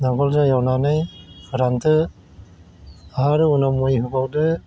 नांगोलजों एवनानै फोरानदो आरो उनाव मै होबावदो